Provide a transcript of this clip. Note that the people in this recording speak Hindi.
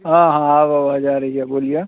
हाँ हाँ अब आवाज़ आ रही है बोलिए